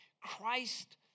Christ